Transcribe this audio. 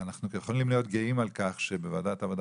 יכולים להיות גאים על כך שבוועדת העבודה